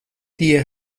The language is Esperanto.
tie